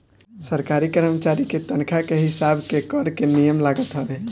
सरकारी करमचारी के तनखा के हिसाब के कर के नियम लागत हवे